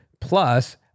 Plus